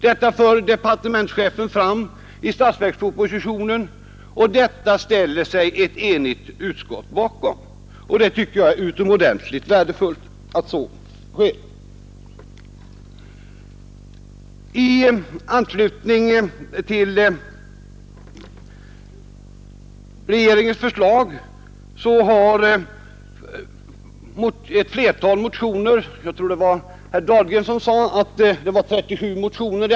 Detta framför departementschefen i statsverkspropositionen, och det ställer sig ett enigt utskott bakom. Att så sker tycker jag är utomordentligt värdefullt. I anslutning till regeringens förslag på vägområdet har det, såsom herr Dahlgren framhöll, väckts 37 motioner.